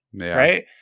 Right